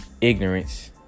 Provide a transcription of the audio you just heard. ignorance